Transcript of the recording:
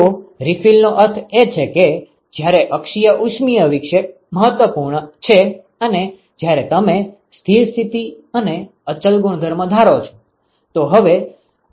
તો રીલીફનો અર્થ એ છે કે જ્યારે અક્ષીય ઉષિમય વિક્ષેપ મહત્વપૂર્ણ છે અને જયારે તમે સ્થિર સ્થિતિ અને અચલ ગુણધર્મ ધારો છો